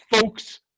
folks